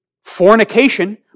fornication